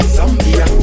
Zambia